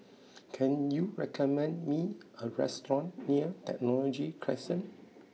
can you recommend me a restaurant near Technology Crescent